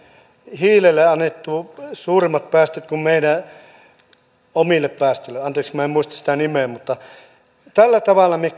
hiilelle on annettu suuremmat päästöt kuin meidän omille päästöille anteeksi minä en muista sitä nimeä tällä tavalla me